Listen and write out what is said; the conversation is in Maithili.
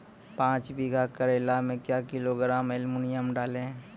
पाँच बीघा करेला मे क्या किलोग्राम एलमुनियम डालें?